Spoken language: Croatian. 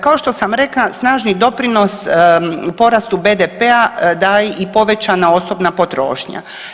Kao što sam rekla snažni doprinos porastu BDP-a daje i povećana osobna potrošnja.